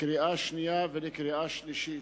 לקריאה שנייה ולקריאה שלישית.